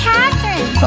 Catherine